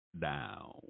down